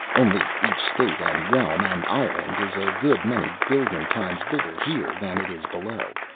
only each state and realm and island is a good many billion times bigger here than it is below.